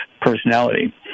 personality